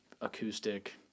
acoustic